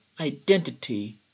identity